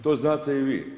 To znate i vi.